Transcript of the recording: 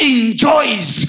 enjoys